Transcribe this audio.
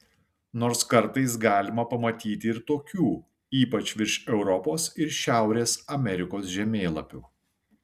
nors kartais galima pamatyti ir tokių ypač virš europos ar šiaurės amerikos žemėlapių